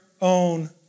own